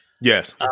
Yes